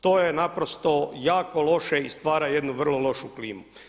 To je naprosto jako loše i stvara jednu vrlo lošu klimu.